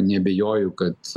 neabejoju kad